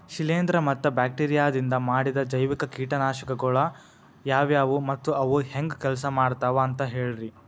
ಶಿಲೇಂಧ್ರ ಮತ್ತ ಬ್ಯಾಕ್ಟೇರಿಯದಿಂದ ಮಾಡಿದ ಜೈವಿಕ ಕೇಟನಾಶಕಗೊಳ ಯಾವ್ಯಾವು ಮತ್ತ ಅವು ಹೆಂಗ್ ಕೆಲ್ಸ ಮಾಡ್ತಾವ ಅಂತ ಹೇಳ್ರಿ?